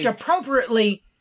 appropriately